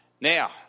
Now